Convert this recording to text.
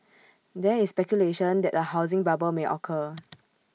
there is speculation that A housing bubble may occur